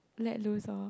let loose lor